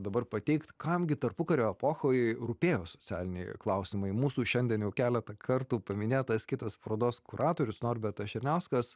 dabar pateikt kam gi tarpukario epochoj rūpėjo socialiniai klausimai mūsų šiandien jau keletą kartų paminėtas kitas parodos kuratorius norbertas černiauskas